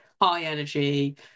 high-energy